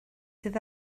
sydd